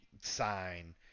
sign